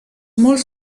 molts